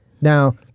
Now